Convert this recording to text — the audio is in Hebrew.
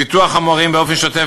פיתוח חומר באופן שוטף,